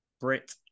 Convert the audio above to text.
Brit